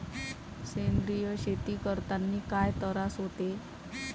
सेंद्रिय शेती करतांनी काय तरास होते?